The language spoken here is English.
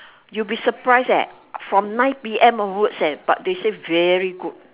you be surprised eh from nine P M onwards eh but they say very good